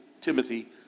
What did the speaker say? Timothy